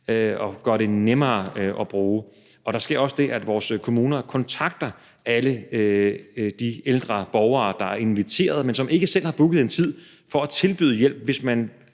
og gøre det nemmere at bruge. Der sker også det, at vores kommuner kontakter alle de ældre borgere, der er inviteret, men som ikke selv har booket en tid, for at tilbyde hjælp, hvis man